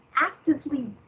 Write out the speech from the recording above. actively